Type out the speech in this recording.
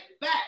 back